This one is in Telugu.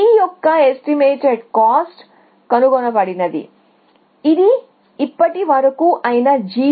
Gయొక్క ఎస్టిమేటేడ్ కాస్ట్ కనుగొనబడినది ఇది ఇప్పటి వరకు అయిన G విలువ 150